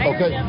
Okay